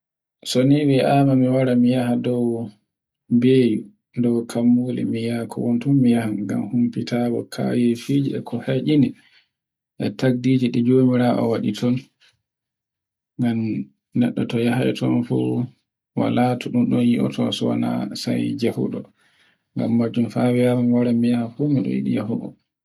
So ni mi wi ama mi wara mi yaha dow bewi dow kammule mi yaha kamtum mi yaha ngam humfiye kayi fiji e ko eccikini. E taddi e jomirawoo o waɗi ton ngam neɗɗo to yahai ton wala to ɗon fu yiioto suwana sai njohuɗo ngam majum faa wiyama mi wara mi yaha fu e miɗo yiɗi yahugo.